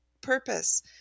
purpose